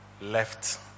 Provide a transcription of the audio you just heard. left